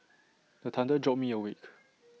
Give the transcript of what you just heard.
the thunder jolt me awake